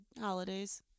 holidays